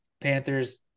Panthers